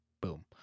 Boom